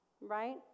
right